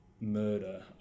murder